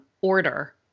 order